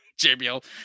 JBL